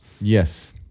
Yes